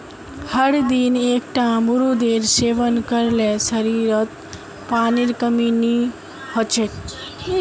हरदिन एकता अमरूदेर सेवन कर ल शरीरत पानीर कमी नई ह छेक